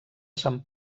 sant